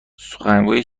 سخنگوی